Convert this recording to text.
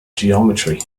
geometry